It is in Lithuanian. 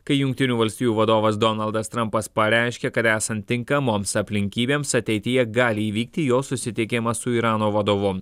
kai jungtinių valstijų vadovas donaldas trampas pareiškė kad esant tinkamoms aplinkybėms ateityje gali įvykti jo susitikimas su irano vadovu